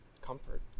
comfort